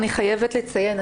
אני חייבת לציין,